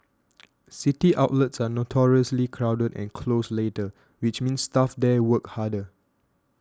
city outlets are notoriously crowded and close later which means staff there work harder